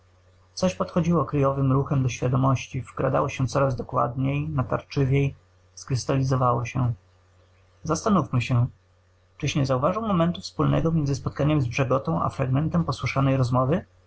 coś podchodziło kryjowym ruchem do świadomości wkradało się coraz dokładniej natarczywiej skrystalizowało się zastanówmy się czyś nie zauważył momentu wspólnego między spotkaniem z brzegotą a fragmentem posłyszanej rozmowy